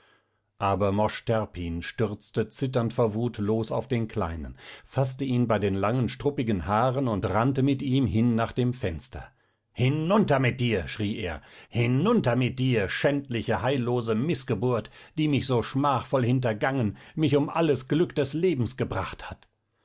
aber mosch terpin stürzte zitternd vor wut los auf den kleinen faßte ihn bei den langen struppigen haaren und rannte mit ihm hin nach dem fenster hinunter mit dir schrie er hinunter mit dir schändliche heillose mißgeburt die mich so schmachvoll hintergangen mich um alles glück des lebens gebracht hat